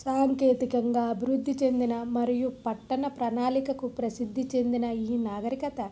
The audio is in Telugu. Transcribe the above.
సాంకేతికంగా అభివృద్ధి చెందిన మరియు పట్టణ ప్రణాళికకు ప్రసిద్ధి చెందిన ఈ నాగరికత